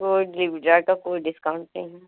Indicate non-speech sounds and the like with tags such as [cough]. कोई डीलिव [unintelligible] कोई डिस्काउंट नहीं है